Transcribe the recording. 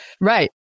Right